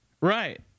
Right